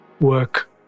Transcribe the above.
work